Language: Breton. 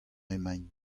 emaint